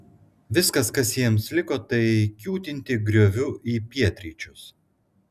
viskas kas jiems liko tai kiūtinti grioviu į pietryčius